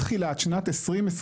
מתחילת שנת 2023,